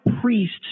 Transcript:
priests